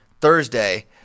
Thursday